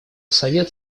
совет